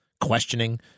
questioning